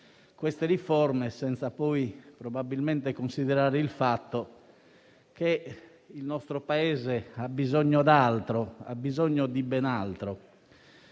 queste riforme senza poi probabilmente considerare il fatto che il nostro Paese ha bisogno di ben altro.